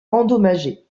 endommagée